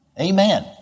Amen